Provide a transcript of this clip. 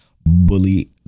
bully